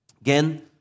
Again